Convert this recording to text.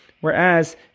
Whereas